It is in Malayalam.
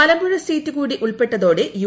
മലമ്പുഴ സീറ്റുകൂടി ഉൾപ്പെട്ടതോടെ യു